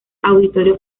auditorio